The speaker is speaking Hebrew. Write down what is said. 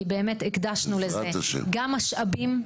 כי באמת הקדשנו לזה גם משאבים.